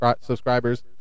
subscribers